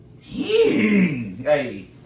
Hey